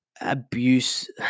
abuse